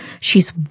She's